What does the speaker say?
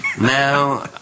Now